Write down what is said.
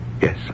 Yes